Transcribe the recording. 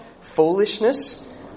foolishness